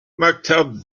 maktub